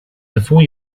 before